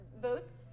Boats